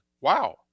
Wow